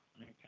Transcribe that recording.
Okay